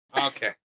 Okay